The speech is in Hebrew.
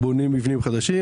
בונים מבנים חדשים,